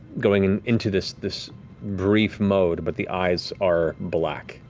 going into this this brief mode, but the eyes are black.